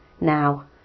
now